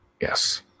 Yes